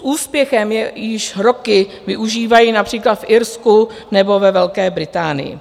S úspěchem ji již roky využívají například v Irsku nebo ve Velké Británii.